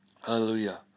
Hallelujah